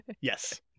Yes